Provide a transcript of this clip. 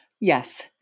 Yes